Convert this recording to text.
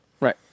Right